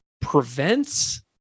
prevents